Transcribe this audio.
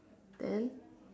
then